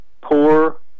poor